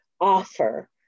offer